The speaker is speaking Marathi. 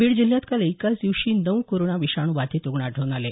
बीड जिल्ह्यात काल एकाच दिवशी नऊ कोरोना विषाणू बाधित रुग्ण आढळून आले